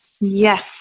Yes